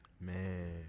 Man